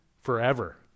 forever